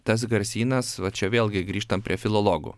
tas garsynas va čia vėlgi grįžtam prie filologų